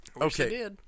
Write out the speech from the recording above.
okay